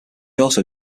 also